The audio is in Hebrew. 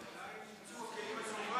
מיצוי הכלים הדמוקרטיים.